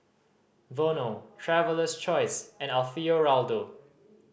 Vono Traveler's Choice and Alfio Raldo